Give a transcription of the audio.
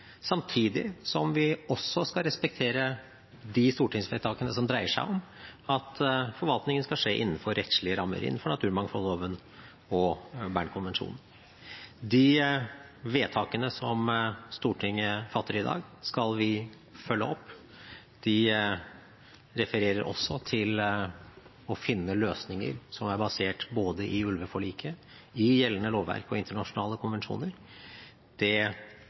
samtidig som at vi skal respektere de stortingsvedtakene som dreier seg om at forvaltningen skal skje innenfor rettslige rammer – innenfor naturmangfoldloven og Bern-konvensjonen. De vedtakene som Stortinget fatter i dag, skal vi følge opp. De refererer også til å finne løsninger som er basert på både ulveforliket og gjeldende lovverk og internasjonale konvensjoner. Jeg varslet i redegjørelsen min at vi arbeider med det